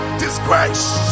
disgrace